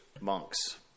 monks